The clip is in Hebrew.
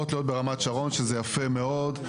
ברמת השרון שזה יפה מאוד,